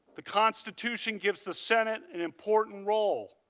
the constitution gives the senate an important role.